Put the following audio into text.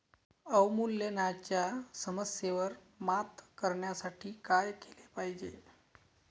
अवमूल्यनाच्या समस्येवर मात करण्यासाठी काय केले पाहिजे?